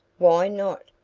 why not?